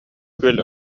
күөл